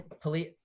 police